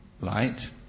light